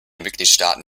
mitgliedstaaten